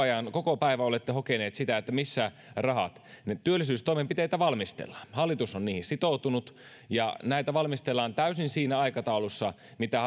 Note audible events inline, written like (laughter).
koko päivän olette hokeneet sitä että missä rahat niin työllisyystoimenpiteitä valmistellaan hallitus on niihin sitoutunut ja näitä valmistellaan täysin siinä aikataulussa mitä (unintelligible)